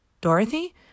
Dorothy